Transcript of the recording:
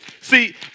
See